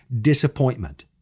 Disappointment